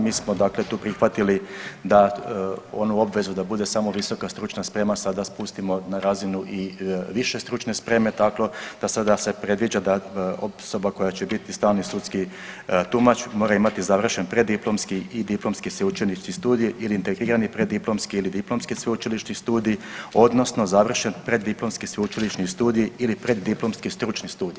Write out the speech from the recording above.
Mi smo dakle, tu prihvatili da onu obvezu da bude samo visoka stručna sprema, sada spustimo i na razinu i više stručne spreme, tako da sada se predviđa da osoba koja će biti stalni sudski tumač mora imati završen preddiplomski i diplomski sveučilišni studij ili integrirani preddiplomski ili diplomski sveučilišni studij odnosno završen preddiplomski sveučilišni studij ili preddiplomski stručni studij.